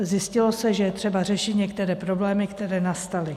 Zjistilo se, že je třeba řešit některé problémy, které nastaly.